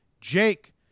Jake